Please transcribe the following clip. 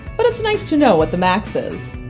but it's nice to know what the max is.